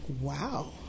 Wow